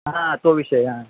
हां तो विषय हां